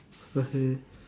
okay